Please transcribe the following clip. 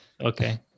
okay